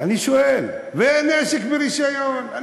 נשק ברישיון.